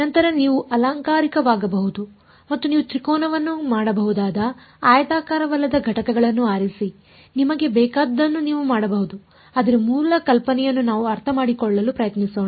ನಂತರ ನೀವು ಅಲಂಕಾರಿಕವಾಗಬಹುದು ಮತ್ತು ನೀವು ತ್ರಿಕೋನಗಳನ್ನು ಮಾಡಬಹುದಾದ ಆಯತಾಕಾರವಲ್ಲದ ಘಟಕಗಳನ್ನು ಆರಿಸಿ ನಿಮಗೆ ಬೇಕಾದುದನ್ನು ನೀವು ಮಾಡಬಹುದುಆದರೆ ಮೂಲ ಕಲ್ಪನೆಯನ್ನು ನಾವು ಅರ್ಥಮಾಡಿಕೊಳ್ಳಲು ಪ್ರಯತ್ನಿಸೋಣ